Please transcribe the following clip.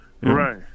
Right